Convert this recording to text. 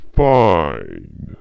fine